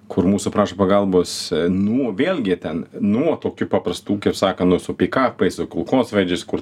kur mūsų prašo pagalbos nuo vėlgi ten nuo tokių paprastų kaip sakant nu su pikapais su kulkosvaidžiais kur